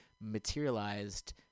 materialized